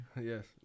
yes